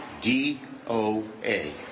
D-O-A